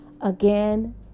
Again